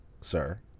sir